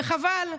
וחבל.